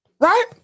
Right